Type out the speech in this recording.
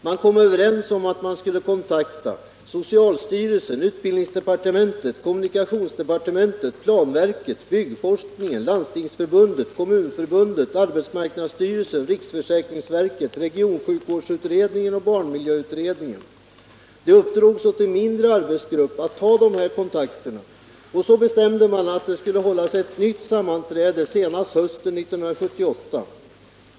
Man kom då överens om att man skulle kontakta socialstyrelsen, utbildningsdepartementet, kommunikationsdepartementet, planverket, byggforskningen, Landstingsförbundet, Kommunförbundet, arbetsmarknadsstyrelsen, riksförsäkringsverket, regionsjukvårdsutredningen och barnmiljöutredningen. Det uppdrogs åt en mindre arbetsgrupp att ta dessa kontakter, och så bestämde man att det skulle hållas ett nytt sammanträde senast hösten 1978.